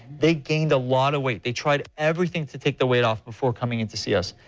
they gained a lot of weight. they tried everything to take the weight off before coming in to see us.